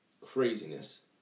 craziness